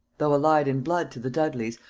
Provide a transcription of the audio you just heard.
though allied in blood to the dudleys,